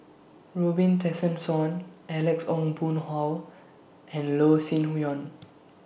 Robin Tessensohn Alex Ong Boon Hau and Loh Sin Yun